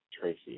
Tracy